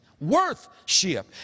worth-ship